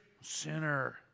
sinner